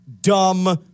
dumb